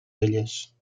elles